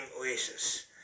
Oasis